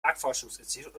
marktforschungsinstitut